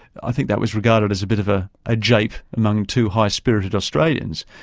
i think that was regarded as a bit of ah a jape among two high-spirited australians.